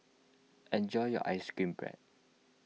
enjoy your Ice Cream Bread